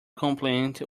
compliant